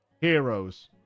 heroes